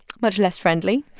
much less friendly